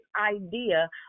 idea